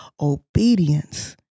obedience